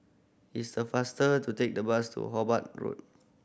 it's the faster to take the bus to Hobart Road